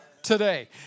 today